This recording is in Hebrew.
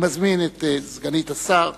אני מזמין את סגנית השר,